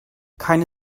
keine